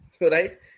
Right